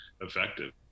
effective